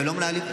הייתי פה הרבה.